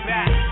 Back